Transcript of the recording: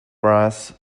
grass